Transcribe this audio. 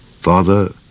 Father